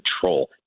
control